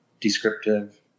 descriptive